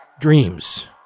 dreams